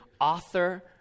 author